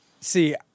see